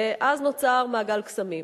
ואז נוצר מעגל קסמים.